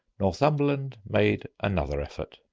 northumberland made another effort,